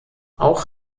auch